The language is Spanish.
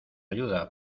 ayuda